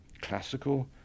classical